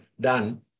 done